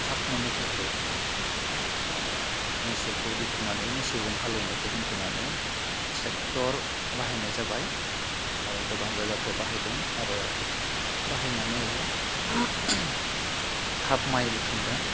थाब मोननो थाखै ओह मोसौखौ दोन्थ'नानै मोजौजों हालिवनायखौ दोन्थ'नानै ट्रेक्टर बाहायनाय जाबाय आरो गोबां जायगाफ्राव बाहायदों आरो बाहायनानै थाब माय बुथुमदों